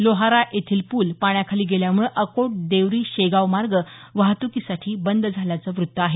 लोहारा येथील पूल पाण्याखाली गेल्यामुळे अकोट देवरी शेगाव मार्ग वाहतुकीसाठी बंद झाल्याचं वृत्त आहे